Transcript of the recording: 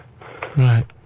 Right